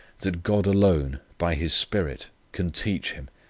that god alone, by his spirit, can teach him,